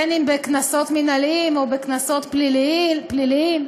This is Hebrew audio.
בין אם בקנסות מינהליים או בקנסות פליליים,